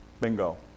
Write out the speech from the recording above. Bingo